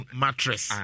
mattress